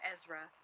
Ezra